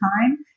time